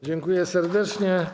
Dziękuję serdecznie.